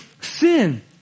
sin